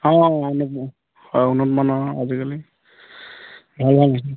উন্নতমানৰ আজিকালি ভাল ভাল